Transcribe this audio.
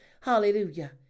hallelujah